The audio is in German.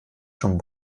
schon